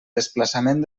desplaçament